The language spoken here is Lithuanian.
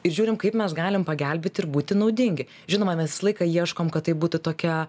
ir žiūrim kaip mes galim pagelbėti ir būti naudingi žinoma mes visą laiką ieškom kad tai būtų tokia